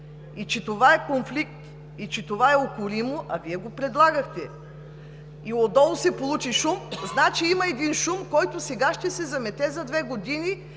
че това е конфликт и е укоримо, а Вие го предлагахте, и ако отдолу се получи шум, значи има шум, който сега ще се замете за две години